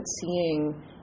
seeing